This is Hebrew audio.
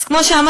אז כמו שאמרתי,